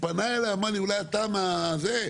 אבל, אתה מונע את זה בתכנון, אתה מונע ממני את זה.